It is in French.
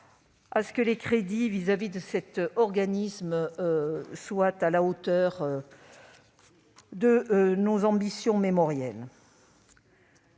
à ce que les crédits affectés à cet organisme soient à la hauteur de nos ambitions mémorielles.